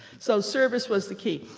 so service was the key.